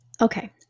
Okay